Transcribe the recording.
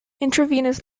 intravenous